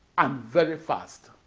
um very fast.